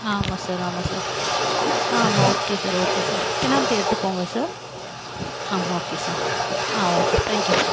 ஆமாம் சார் ஆமாம் சார் ஆமாம் okay sir okay sir penalty எடுத்துக்கோங்க சார் ஆமாம் ஓகே சார் ஆ okay sir thank you sir